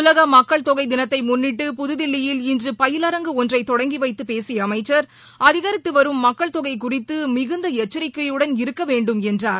உலக மக்கள் தொகை தினத்தை முன்ளிட்டு புதுதில்லியில் இன்று பயிவரங்கு ஒன்றை தொடங்கி வைத்துப் பேசிய அமைச்சர் அதிகரித்து வரும் மக்கள் தொகை குறித்து மிகுந்த எச்சரிக்கையுடன் இருக்க வேண்டும் என்றார்